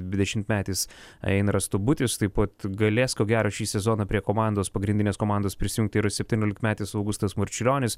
dvidešimtmetis einaras tubutis taip pat galės ko gero šį sezoną prie komandos pagrindinės komandos prisijungti ir septyniolikmetis augustas marčiulionis